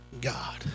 God